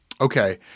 Okay